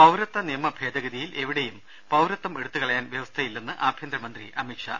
പൌരത്വ നിയമ ഭേദഗതിയിലെവിടെയും പൌരത്വം എടുത്തു കളയാൻ വൃവസ്ഥയില്ലെന്ന് ആഭൃന്തരമന്ത്രി അമിത്ഷാ